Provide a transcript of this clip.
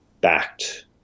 backed